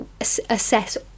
assess